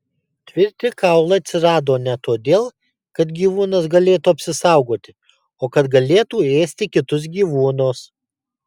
tvirti kaulai atsirado ne todėl kad gyvūnas galėtų apsisaugoti o kad galėtų ėsti kitus gyvūnus